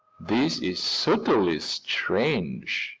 this is certainly strange,